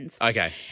Okay